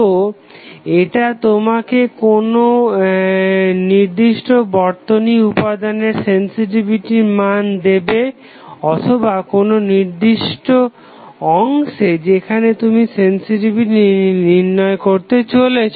তো এটা তোমাকে কোনো নির্দিষ্ট বর্তনী উপাদানের সেন্সসিটিভিটির মান দেবে অথবা কোনো নির্দিষ্ট অংশে যেখানে তুমি সেন্সসিটিভিটি নির্ণয় করতে চলেছ